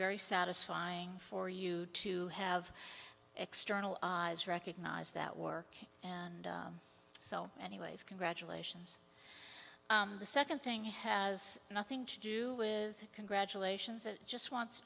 very satisfying for you to have external recognize that work and so many ways congratulations the second thing has nothing to do with congratulations it just wants